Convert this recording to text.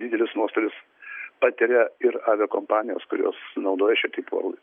didelius nuostolius patiria ir aviakompanijos kurios naudoja šio tipo